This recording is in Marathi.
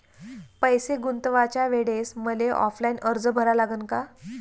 पैसे गुंतवाच्या वेळेसं मले ऑफलाईन अर्ज भरा लागन का?